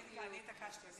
התשע"ו 2016,